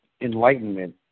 enlightenment